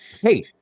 Hey